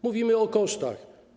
Mówimy o kosztach.